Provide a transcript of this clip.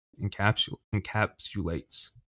encapsulates